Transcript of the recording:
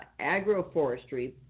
agroforestry